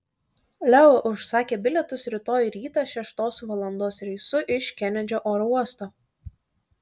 leo užsakė bilietus rytoj rytą šeštos valandos reisu iš kenedžio oro uosto